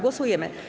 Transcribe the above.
Głosujemy.